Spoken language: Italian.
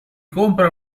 compra